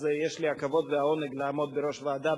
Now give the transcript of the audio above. אז יש לי הכבוד והעונג לעמוד בראש ועדה